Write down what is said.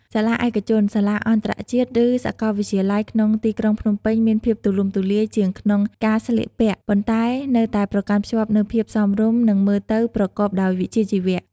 សាលាឯកជន សាសាអន្តរជាតិ ឬ សកលវិទ្យាល័យក្នុងទីក្រុងភ្នំពេញមានភាពទូលំទូលាយជាងក្នុងការស្លៀកពាក់ ប៉ុន្តែនៅតែប្រកាន់ខ្ជាប់នៅភាពសមរម្យ និង មើលទៅប្រកបដោយវិជ្ជាជីវៈ។